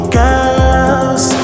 girls